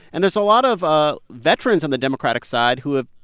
and there's a lot of ah veterans on the democratic side who have,